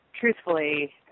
truthfully